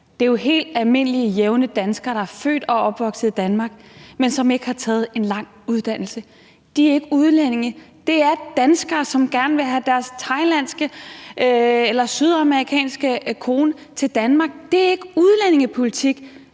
er jo helt almindelige, jævne danskere, der er født og opvokset i Danmark, men som ikke har taget en lang uddannelse. De er ikke udlændinge. De er danskere, som gerne vil have deres thailandske eller sydamerikanske kone til Danmark. Det er ikke udlændingepolitik.